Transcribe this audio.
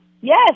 yes